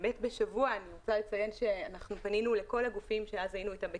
אני רוצה לציין שבשבוע פנינו לכול הגופים שאז היינו אתם בקשר,